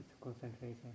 concentration